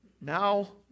now